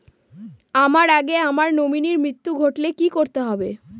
আমার আগে আমার নমিনীর মৃত্যু ঘটলে কি করতে হবে?